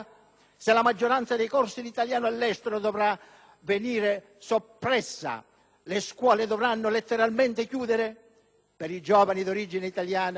Se la maggioranza dei corsi di italiano all'estero dovrà ora venire soppressa e le scuole dovranno letteralmente chiudere? Per il futuro dei giovani di origine italiana